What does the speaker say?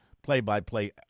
play-by-play